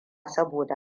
saboda